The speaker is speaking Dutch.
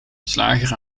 slager